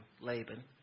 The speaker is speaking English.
laban